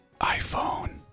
iphone